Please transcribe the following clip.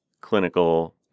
clinical